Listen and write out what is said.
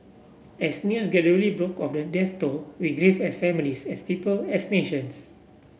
as news gradually broke of the death toll we grieved as families as people as nations